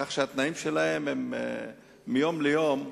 כך שהתנאים שלהם מיום ליום,